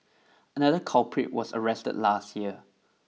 another culprit was arrested last year